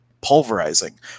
pulverizing